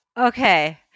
Okay